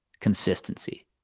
consistency